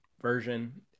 version